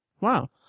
Wow